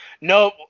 No